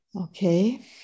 okay